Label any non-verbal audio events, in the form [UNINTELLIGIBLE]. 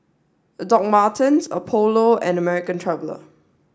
[UNINTELLIGIBLE] Martens Apollo and American Traveller